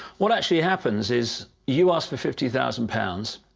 what actually happens is, you ask for fifty thousand pounds,